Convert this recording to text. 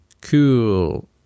cool